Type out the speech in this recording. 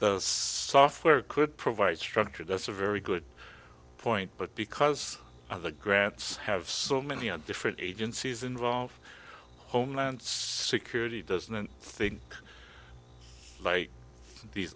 program software could provide structure that's a very good point but because other grants have so many and different agencies involved homeland security doesn't think like these